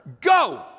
go